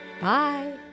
Bye